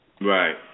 Right